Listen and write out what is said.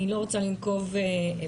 אני לא רוצה לנקוב במספרים,